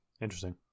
Interesting